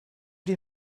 die